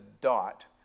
dot